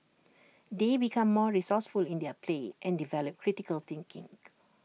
they become more resourceful in their play and develop critical thinking